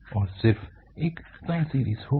यह सिर्फ एक साइन सीरीज होगी